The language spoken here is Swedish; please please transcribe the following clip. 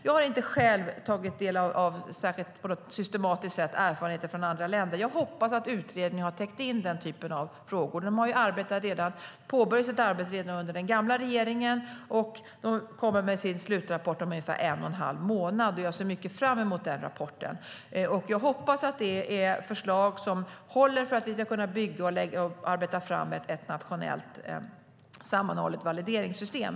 Jag har inte själv på något systematiskt sätt tagit del av erfarenheter från andra länder, men jag hoppas att utredningen har täckt in den typen av frågor. De påbörjade sitt arbete redan under den gamla regeringen och kommer med sin slutrapport om ungefär en och en halv månad. Jag ser mycket fram emot den rapporten. Jag hoppas att det är förslag som håller för att vi ska kunna bygga och arbeta fram ett nationellt sammanhållet valideringssystem.